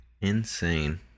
Insane